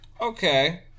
okay